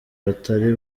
batari